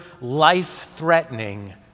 life-threatening